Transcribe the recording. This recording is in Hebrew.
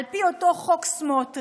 על פי אותו חוק סמוטריץ',